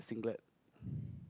singlet